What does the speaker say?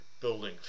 building